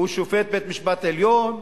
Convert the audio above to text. הוא שופט בית-המשפט העליון,